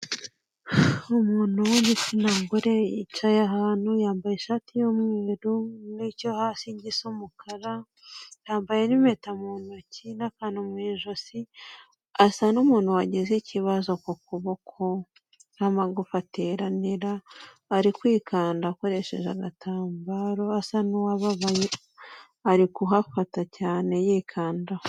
Umuntu w'igitsina gore yicaye ahantu yambaye ishati y'umweru n'icyo hasi gisa umukara, yambaye n'impeta mu ntoki n'akanu mu ijosi, asa n'umuntu wagize ikibazo ku kuboko aho amagufa ateranira ari kwikanda akoresheje agatambaro asa n'uwababaye, ari kuhafata cyane yikanda.